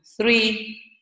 three